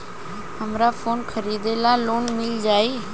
हमरा फोन खरीदे ला लोन मिल जायी?